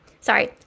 sorry